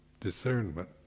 discernment